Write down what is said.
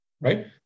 right